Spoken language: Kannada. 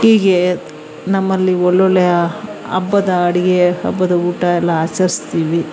ಹೀಗೆ ನಮ್ಮಲ್ಲಿ ಒಳ್ಳೊಳ್ಳೆಯ ಹಬ್ಬದ ಅಡುಗೆ ಹಬ್ಬದ ಊಟವೆಲ್ಲ ಆಚರಿಸ್ತೀವಿ